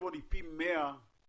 שברון היא פי 100 מאנרג'יאן.